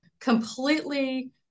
completely